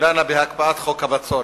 דנה בהקפאת חוק הבצורת.